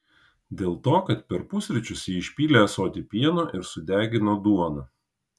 dėl to kad per pusryčius ji išpylė ąsotį pieno ir sudegino duoną